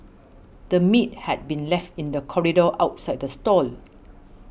the meat had been left in the corridor outside the stall